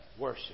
Worship